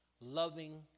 loving